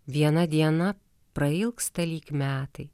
viena diena prailgsta lyg metai